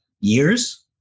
years